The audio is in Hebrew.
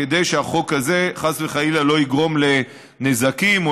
כדי שהחוק הזה חס וחלילה לא יגרום לנזקים או